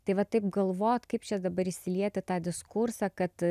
tai va taip galvot kaip čia dabar išsiliet į tą diskursą kad